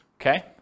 okay